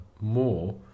more